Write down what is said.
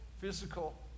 physical